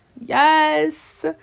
yes